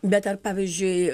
bet ar pavyzdžiui